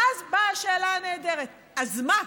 ואז באה השאלה הנהדרת: אז מה?